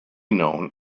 known